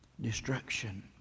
destruction